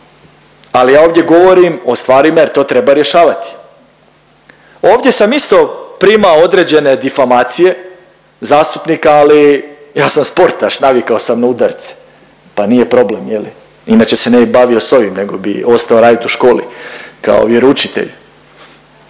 ali ja ovdje govorim o stvarima jer to treba rješavati. Ovdje sam isto primao određene difamacije zastupnika, ali ja sam sportaš, navikao sam na udarce, pa nije problem je li inače se ne bi bavio s ovim nego bi ostao radit u školi kao vjeroučitelj.